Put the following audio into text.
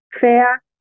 fair